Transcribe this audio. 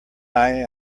eye